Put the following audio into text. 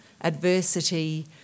adversity